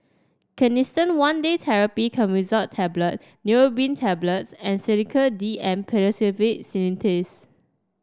Canesten One Day Therapy Clotrimazole Tablet Neurobion Tablets and Sedilix D M Pseudoephrine Linctus